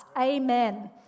Amen